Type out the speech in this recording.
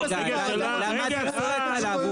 למה אתה צועק עליו?